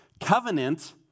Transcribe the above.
Covenant